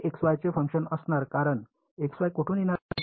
हे x y चे function असणार कारण x y कोठून येणार आहे